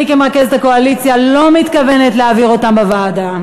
אני כמרכזת הקואליציה לא מתכוונת להעביר אותם בוועדה.